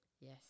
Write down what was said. Yes